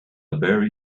very